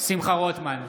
שמחה רוטמן,